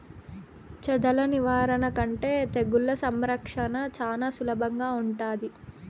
చెదల నివారణ కంటే తెగుళ్ల సంరక్షణ చానా సులభంగా ఉంటాది